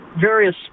various